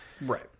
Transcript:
right